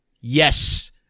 Yes